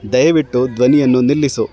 ದಯವಿಟ್ಟು ಧ್ವನಿಯನ್ನು ನಿಲ್ಲಿಸು